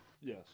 Yes